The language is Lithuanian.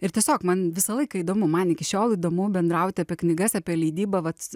ir tiesiog man visą laiką įdomu man iki šiol įdomu bendraut apie knygas apie leidybą vat